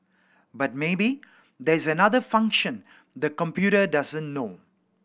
but maybe there's another function the computer doesn't know